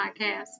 podcast